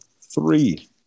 three